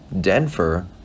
Denver